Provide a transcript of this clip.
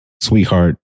sweetheart